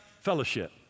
fellowship